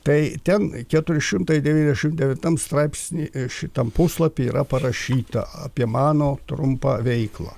tai ten keturi šimtai devyniasdešim devintam straipsny šitam puslapy yra parašyta apie mano trumpą veiklą